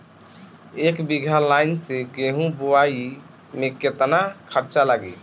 एक बीगहा लाईन से गेहूं बोआई में केतना खर्चा लागी?